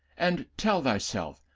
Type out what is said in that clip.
and tell thy self,